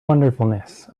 wonderfulness